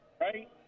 right